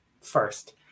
First